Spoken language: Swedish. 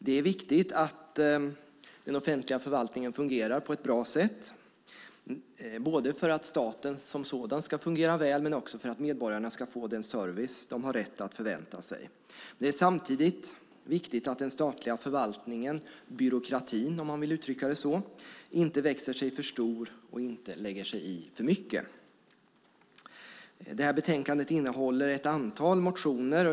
Det är viktigt att den offentliga förvaltningen fungerar på ett bra sätt, både för att staten som sådan ska fungera väl och för att medborgarna ska få den service som de har rätt att förvänta sig. Samtidigt är det viktigt att den statliga förvaltningen - byråkratin, om man vill uttrycka det så - inte växer sig för stor och inte lägger sig i för mycket. I betänkandet behandlas ett antal motioner.